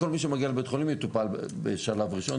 כל מי שמגיע לבית חולים יטופל בשלב ראשון,